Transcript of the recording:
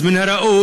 אז מן הראוי,